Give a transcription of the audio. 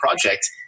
project